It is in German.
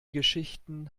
geschichten